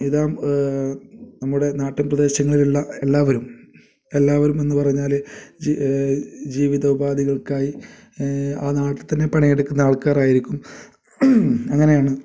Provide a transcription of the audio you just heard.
ഇതാ നമ്മുടെ നാട്ടിൽ പ്രദേശങ്ങളിലുള്ള എല്ലാവരും എല്ലാവരും എന്നു പറഞ്ഞാൽ ജി ജീവിത ഉപാധികൾക്കായി ആ നാട്ടിൽത്തന്നെ പണിയെടുക്കുന്ന ആൾക്കാരായിരിക്കും അങ്ങനെയാണ്